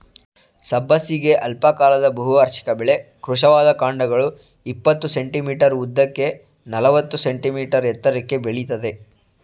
ಸಬ್ಬಸಿಗೆ ಅಲ್ಪಕಾಲದ ಬಹುವಾರ್ಷಿಕ ಬೆಳೆ ಕೃಶವಾದ ಕಾಂಡಗಳು ಇಪ್ಪತ್ತು ಸೆ.ಮೀ ಉದ್ದಕ್ಕೆ ನಲವತ್ತು ಸೆ.ಮೀ ಎತ್ತರಕ್ಕೆ ಬೆಳಿತದೆ